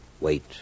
wait